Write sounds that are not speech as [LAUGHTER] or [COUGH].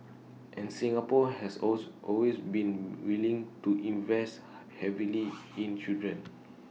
and Singapore has also always been willing to invest [NOISE] heavily in children